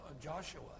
joshua